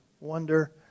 wonder